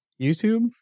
YouTube